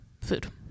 food